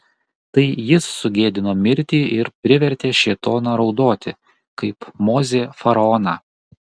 tai jis sugėdino mirtį ir privertė šėtoną raudoti kaip mozė faraoną